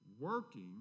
working